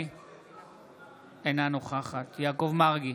אינה נוכחת יעקב מרגי,